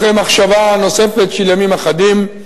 אחרי מחשבה נוספת של ימים אחדים,